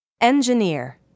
Engineer